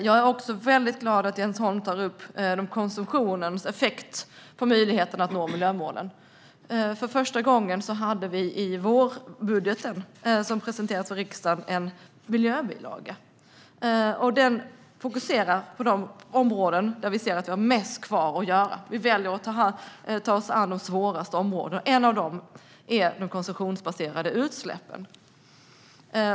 Jag är glad att Jens Holm också tar upp konsumtionens effekt på möjligheten att nå miljömålen. Vi hade för första gången i vårbudgeten, som presenterades för riksdagen, en miljöbilaga. Den fokuserar på de områden där vi har mest kvar att göra. Vi väljer att ta oss an de svåraste områdena, och ett av dem är de konsumtionsbaserade utsläppen.